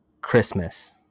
Christmas